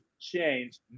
change